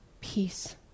peace